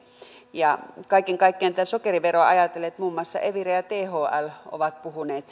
kaiken kaikkiaan tätä sokeriveroa ajatellen muun muassa evira ja thl ovat puhuneet